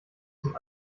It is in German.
zum